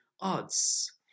odds